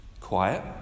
quiet